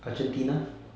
argentina